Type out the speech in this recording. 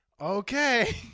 Okay